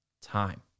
time